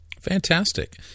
Fantastic